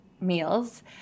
meals